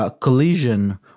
collision